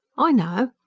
i know.